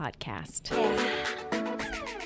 podcast